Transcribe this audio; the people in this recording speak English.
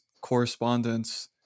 correspondence